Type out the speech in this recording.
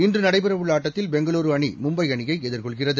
இன்றுநடைபெறவுள்ளஆட்டத்தில் பெங்களூருஅணி மும்பைஅணியைஎதிர்கொள்கிறது